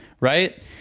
right